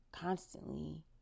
constantly